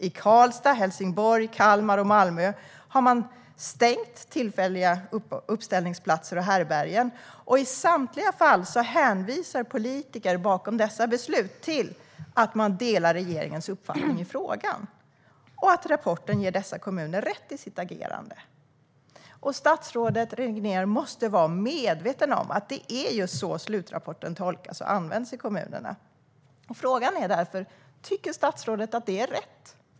I Karlstad, Helsingborg, Kalmar och Malmö har man stängt tillfälliga uppställningsplatser och härbärgen. I samtliga fall hänvisar politiker bakom dessa beslut till att de delar regeringens uppfattning i frågan och att rapporten ger dessa kommuner rätt i deras agerande. Statsrådet Regnér måste vara medveten om att det är just så slutrapporten tolkas och används i kommunerna. Frågan är därför: Tycker statsrådet att det är rätt?